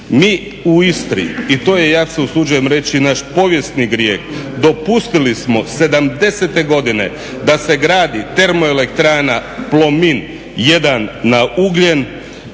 Mi u Istri i to je ja se usuđujem reći naš povijesni grijeh, dopustili smo '70.-te godine da se gradi termoelektrana Plomin jedan na ugljen